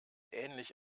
ähnlich